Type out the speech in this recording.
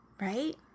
right